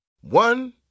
one